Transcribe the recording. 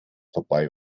vorbei